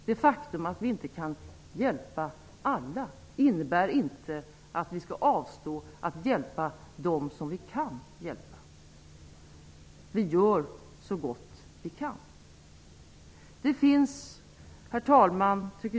Det faktum att vi inte kan hjälpa alla innebär inte att vi skall avstå från att hjälpa dem som vi kan hjälpa. Vi gör så gott vi kan. Herr talman!